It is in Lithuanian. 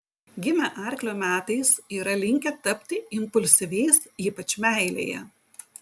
gimę arklio metais yra linkę tapti impulsyviais ypač meilėje